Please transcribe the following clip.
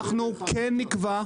אנחנו כן נקבע,